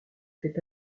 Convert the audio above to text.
fait